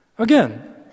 Again